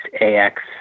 ax